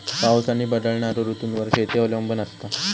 पाऊस आणि बदलणारो ऋतूंवर शेती अवलंबून असता